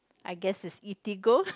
I guess is Eatigo